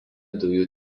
dujų